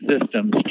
systems